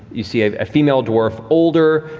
you see a female dwarf, older,